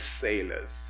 sailors